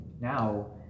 Now